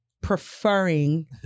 preferring